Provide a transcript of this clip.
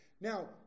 Now